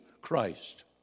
Christ